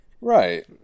Right